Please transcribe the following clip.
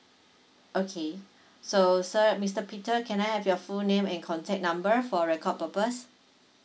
okay so sorry mister peter can I have your full name and contact number for record purpose